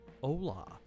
hola